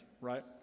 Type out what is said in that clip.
right